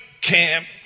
camp